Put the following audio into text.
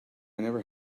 never